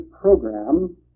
program